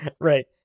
Right